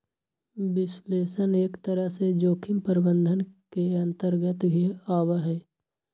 विश्लेषण एक तरह से जोखिम प्रबंधन के अन्तर्गत भी आवा हई